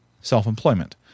self-employment